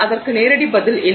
அதற்கு நேரடி பதில் இல்லை